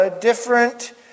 different